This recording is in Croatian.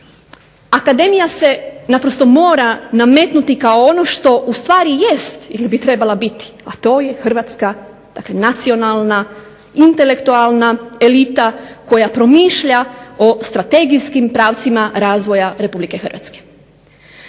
Akademija se naprosto mora nametnuti kao ono što ustvari jest ili bi trebala biti, a to je hrvatska, nacionalna, intelektualna elita koja promišlja o strategijskim pravcima razvoja RH. Onako kako